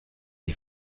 des